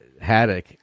Haddock